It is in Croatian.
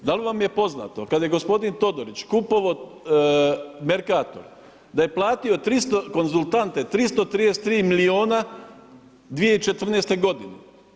Da li vam je poznato, kad je gospodin Todorić kupovao Mercator da je platio konzultante 333 miliona 2014. godine?